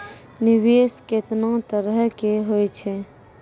निवेश केतना तरह के होय छै?